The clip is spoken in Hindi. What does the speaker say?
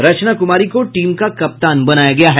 रचना कुमारी को टीम का कप्तान बनाया गया है